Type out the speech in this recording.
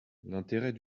l’intérêt